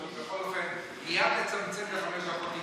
מייד לצמצם לחמש דקות,